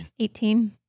18